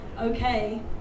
okay